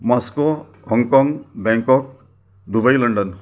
Moscow Hong Kong Bangkok Dubai London